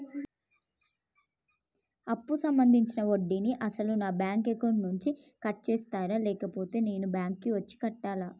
అప్పు సంబంధించిన వడ్డీని అసలు నా బ్యాంక్ అకౌంట్ నుంచి కట్ చేస్తారా లేకపోతే నేను బ్యాంకు వచ్చి కట్టాలా?